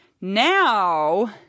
now